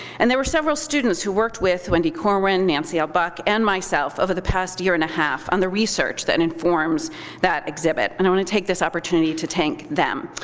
and there were several students who worked with wendy corwin, nancy l. buck, and myself over the past year and a half on the research that informs that exhibit. and i want to take this opportunity to thnk them.